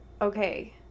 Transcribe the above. okay